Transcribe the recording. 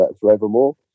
forevermore